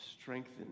strengthen